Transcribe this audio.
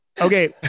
Okay